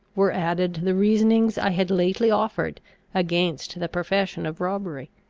were added the reasonings i had lately offered against the profession of robbery.